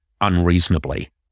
unreasonably